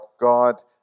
God